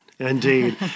Indeed